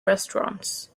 restaurants